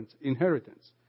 inheritance